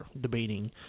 debating